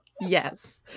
Yes